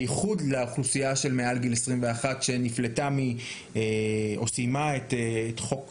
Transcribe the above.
בייחוד לאוכלוסייה מעל גיל 21 שסיימה את חוק